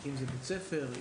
בית ספר,